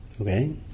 Okay